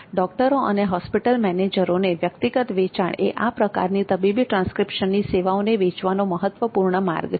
ડોક્ટરો અને હોસ્પિટલ મેનેજરોને વ્યક્તિગત વેચાણ એ આ પ્રકારની તબીબી ટ્રાંસ્ક્રિપ્શન સેવાઓને વેચવાનો મહત્વ પૂર્ણ માર્ગ છે